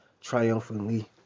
triumphantly